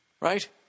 Right